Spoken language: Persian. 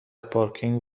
پارکینگ